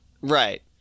Right